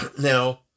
Now